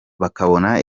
bakabona